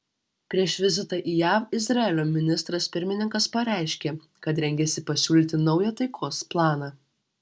prieš vizitą į jav izraelio ministras pirmininkas pareiškė kad rengiasi pasiūlyti naują taikos planą